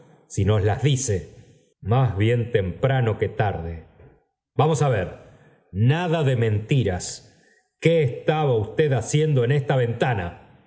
si nos la dice más bien temprano que tarde t va'mos a veri nada de mentiras qué estaba usted haciendo en esta ventana